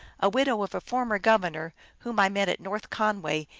a widow of a former governor, whom i met at north conway,